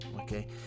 Okay